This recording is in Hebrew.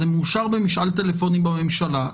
זה מאושר במשאל טלפוני בממשלה,